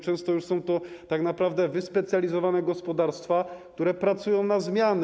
Często są to tak naprawdę wyspecjalizowane gospodarstwa, które pracują na zmiany.